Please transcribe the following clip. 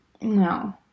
No